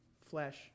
flesh